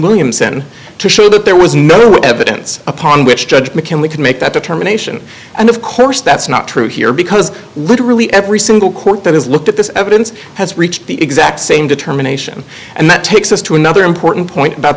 williamson to show that there was no evidence upon which judge mckinley could make that determination and of course that's not true here because literally every single court that has looked at this evidence has reached the exact same determination and that to another important point about